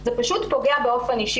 זה פשוט פוגע באופן אישי.